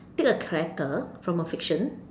pick a character from a fiction